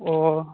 ꯑꯣ